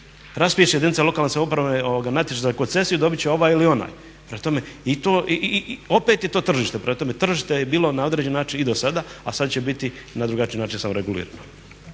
Raspiše jedina lokalne samouprave natječaj za koncesiju i dobit će ovaj ili onaj. Prema tome i opet je to tržište. Prema tome, tržište je bilo na određeni način i dosada, a sad će biti na drugačiji način samo regulirano.